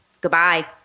Goodbye